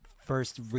first